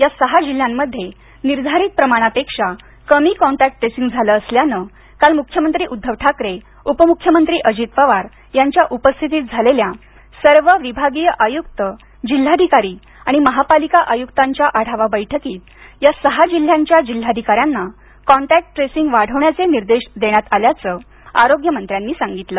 या सहा जिल्ह्यांमध्ये निर्धारित प्रमाणापेक्षा कमी कॉन्टॅक्ट ट्रेसींग झालं असल्यानं काल मुख्यमंत्री उद्धव ठाकरे उपमुख्यमंत्री अजीत पवार यांच्या उपस्थितीत झालेल्या सर्व विभागीय आयुक्त जिल्हाधिकारी आणि महापालिका आयुक्तांच्या आढावा बैठकीत या सहा जिल्ह्यांच्या जिल्हाधिकाऱ्यांना कॉन्टॅक्ट ट्रेसिंग वाढविण्याचे निर्देश देण्यात आल्याचं आरोग्यमंत्र्यांनी सांगितलं